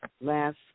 last